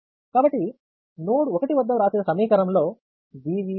కాబట్టి నోడ్ 1 వద్ద వ్రాసే సమీకరణంలో G